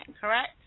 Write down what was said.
correct